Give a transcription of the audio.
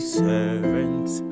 servants